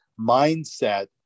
mindset